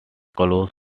close